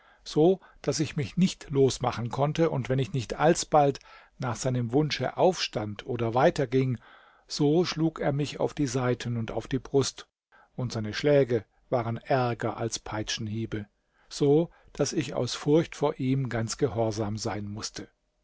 so daß ich mich nicht losmachen konnte und wenn ich nicht alsbald nach seinem wunsche aufstand oder weiter ging so schlug er mich auf die seiten und auf die brust und seine schläge waren ärger als peitschenhiebe so daß ich aus furcht vor ihm ganz gehorsam sein mußte